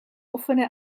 offene